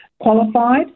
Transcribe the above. qualified